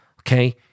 Okay